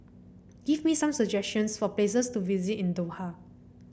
give me some suggestions for places to visit in Doha